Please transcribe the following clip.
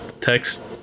Text